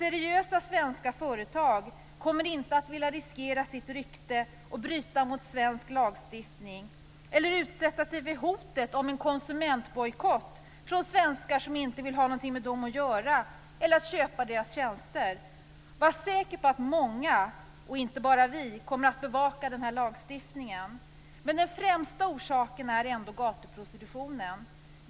Seriösa svenska företag skulle inte riskera sitt rykte genom att bryta mot svensk lagstiftning eller utsätta sig för hotet om en konsumentbojkott från svenskar som inte vill köpa deras tjänster eller ha något med dem att göra. Var säker på att många, och inte bara vi, kommer att bevaka den här lagstiftningen! Den främsta orsaken är ändå gatuprostitutionen.